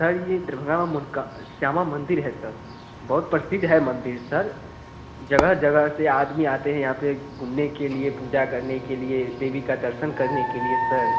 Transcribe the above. sir ये दरभंगा में मुनका श्यामा मंदिर है सर बहुत प्रसिद्ध है मंदिर सर जगह जगह से आदमी आते हैं यहाँ पर घूमने के लिए पूजा करने के लिए देवी का दर्शन करने के लिए सर